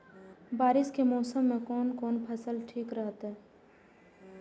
बारिश के मौसम में कोन कोन फसल ठीक रहते?